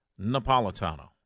Napolitano